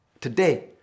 today